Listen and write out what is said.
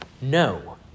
no